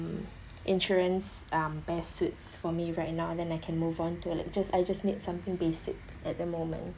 insurance um best suits for me right now then I can move on to like just I just need something basic at the moment